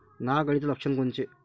नाग अळीचं लक्षण कोनचं?